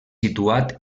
situat